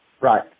Right